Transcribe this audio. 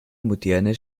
moderne